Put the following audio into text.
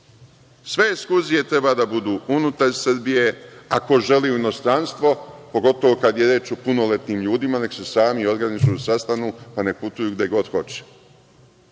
Sve ekskurzije treba da budu unutar Srbije, a ko želi u inostranstvo, pogotovo kad je reč o punoletnim ljudima, treba da se sami organizuju i sastanu, pa nek putuju gde god hoće. Ne